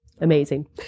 Amazing